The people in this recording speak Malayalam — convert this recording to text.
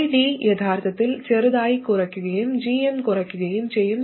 ID യഥാർത്ഥത്തിൽ ചെറുതായി കുറയ്ക്കുകയും gm കുറയ്ക്കുകയും ചെയ്യും